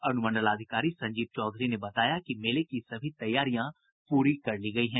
अनुमंडलाधिकारी संजीव चौधरी ने बताया कि मेले की सभी तैयारियां पूरी कर ली गयी हैं